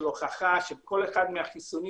של הוכחה של כל אחד מן החיסונים,